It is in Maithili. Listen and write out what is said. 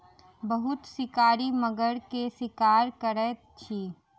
बहुत शिकारी मगर के शिकार करैत अछि